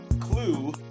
Clue